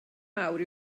mawr